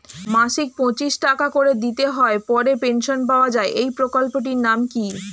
মাসিক পঁচিশ টাকা করে দিতে হয় পরে পেনশন পাওয়া যায় এই প্রকল্পে টির নাম কি?